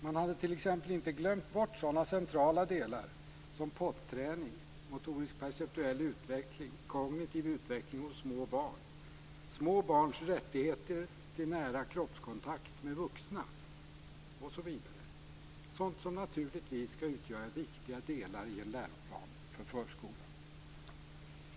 Man hade t.ex. inte glömt sådana centrala delar som potträning, motorisk-perceptuell utveckling och kognitiv utveckling hos små barn, små barns rättighet till nära kroppskontakt med vuxna etc., sådant som naturligtvis skall utgöra viktiga delar i en läroplan för förskolan.